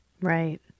right